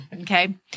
Okay